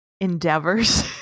Endeavors